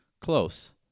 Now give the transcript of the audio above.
Close